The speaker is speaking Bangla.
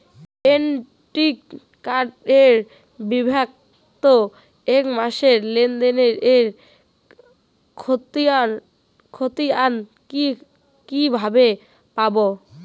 ক্রেডিট কার্ড এর বিগত এক মাসের লেনদেন এর ক্ষতিয়ান কি কিভাবে পাব?